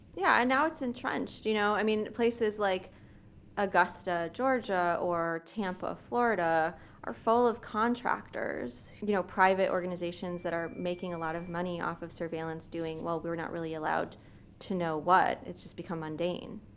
yeah, and now it's entrenched. you know i mean places like augusta, georgia or tampa, florida are full of contractors, you know private organizations that are making a lot of money off of surveillance doing. well, we're not really allowed to know what. it's just become mundane,